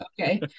okay